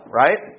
right